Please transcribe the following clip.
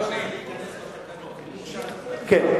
כן.